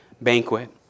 banquet